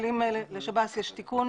אבל אם יש לשב"ס תיקון